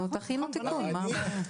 תכינו תיקון, מה הבעיה.